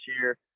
year